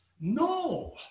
No